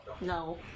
No